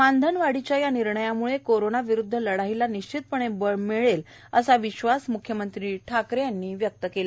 मानधन वाढीच्या या निर्णयाम्ळे कोरोना विरुद्ध लढाईला निश्चितपणे बळ मिळणार असल्याचा विश्वास म्ख्यमंत्री ठाकरे यांनी व्यक्त केला